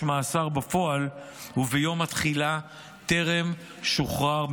מאסר בפועל וביום התחילה טרם שוחרר ממאסרו.